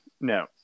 No